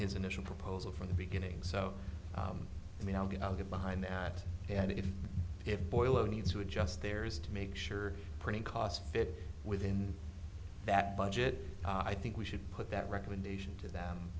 his initial proposal from the beginning so i mean i'll get i'll get behind that and if it boileau needs to adjust there is to make sure printing costs fit within that budget i think we should put that recommendation to them